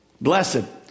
blessed